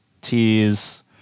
tears